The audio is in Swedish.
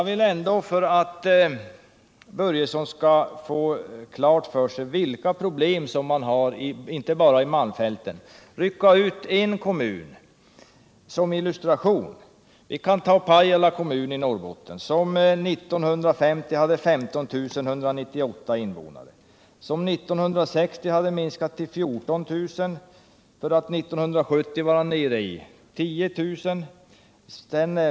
För att Fritz Börjesson skall få klart för sig vilka problem man har inte bara i malmfälten vill jag rycka ut en kommun som illustration. Vi kan ta Pajala kommun i Norrbotten som 1950 hade 15 198 invånare men som 1960 hade minskat till 14 000 för att 1970 vara nere i 10 000.